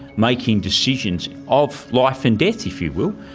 making decisions of life and death, if you will,